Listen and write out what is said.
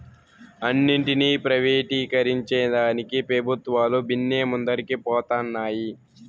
అన్నింటినీ ప్రైవేటీకరించేదానికి పెబుత్వాలు బిన్నే ముందరికి పోతన్నాయి